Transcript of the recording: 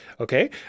Okay